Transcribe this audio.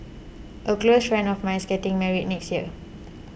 a close friend of mine is getting married this year